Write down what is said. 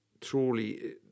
truly